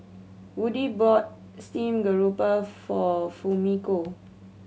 Woodie bought steamed grouper for Fumiko